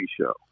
show